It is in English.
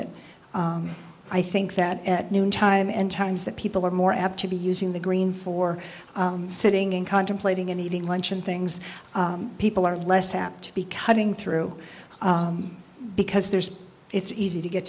it i think that at noon time and times that people are more apt to be using the green for sitting in contemplating and eating lunch and things people are less apt to be cutting through because there's it's easy to get